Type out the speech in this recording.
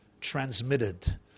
transmitted